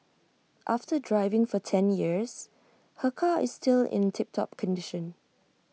after driving for ten years her car is still in tip top condition